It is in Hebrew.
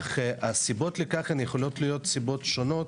אך הסיבות לכך הן יכולות להיות סיבות שונות,